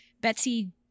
Betsy